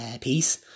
peace